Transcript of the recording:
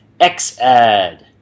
XAD